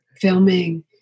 Filming